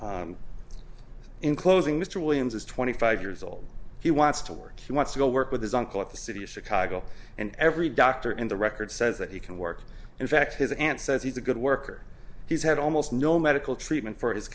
in closing mr williams is twenty five years old he wants to work he wants to go work with his uncle at the city of chicago and every doctor in the record says that he can work in fact his aunt says he's a good worker he's had almost no medical treatment for his